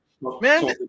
Man